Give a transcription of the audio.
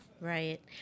Right